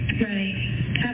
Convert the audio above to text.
right